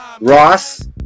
Ross